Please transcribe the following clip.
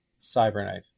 CyberKnife